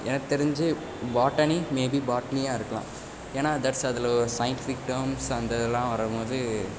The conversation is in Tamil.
எனக்கு தெரிஞ்சு பாட்டனி மேபி பாட்னியாக இருக்கலாம் ஏனால் தட்ஸ் அதில் ஒரு சயின்ட்டிஃபிக் டேர்ம்ஸ் அந்த இதெலாம் வரும்போது